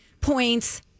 points